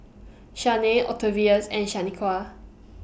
Shanae Octavius and Shaniqua